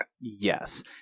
Yes